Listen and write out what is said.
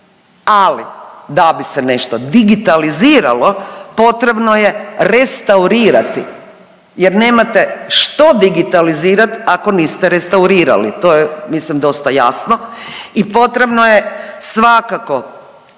ali da bi se nešto digitaliziralo potrebno je restaurirati jer nemate što digitalizirati ako niste restaurirali. To je mislim dosta jasno i potrebno je svakako